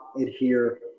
adhere